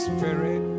Spirit